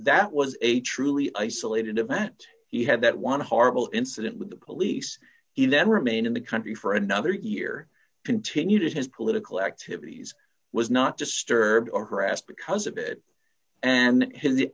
that was a truly isolated event he had that one horrible incident with the police he then remained in the country for another year continued his political activities was not disturbed or harassed because of it and him the